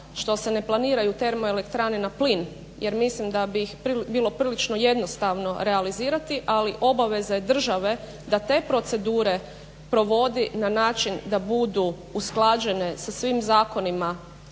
što se ne planiraju termoelektrane na plin jer mislim da bi ih bilo prilično jednostavno realizirati, ali obaveza je države da te procedure provodi na način da budu usklađene sa svim zakonima